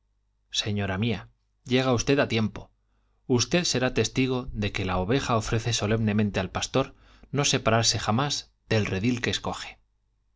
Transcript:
señora mía llega usted a tiempo usted será testigo de que la oveja ofrece solemnemente al pastor no separarse jamás del redil que escoge